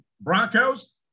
Broncos